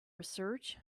research